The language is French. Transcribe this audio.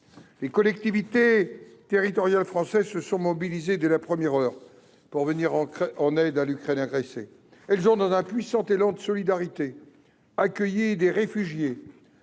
Les collectivités territoriales françaises se sont mobilisées, dès la première heure, pour venir en aide à l'Ukraine agressée : elles ont, dans un puissant élan de solidarité, accueilli des réfugiés